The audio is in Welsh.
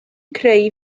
creu